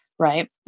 Right